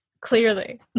Clearly